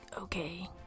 okay